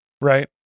right